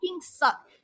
suck